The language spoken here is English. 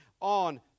on